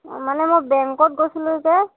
মানে মই বেংকত গৈছিলো যে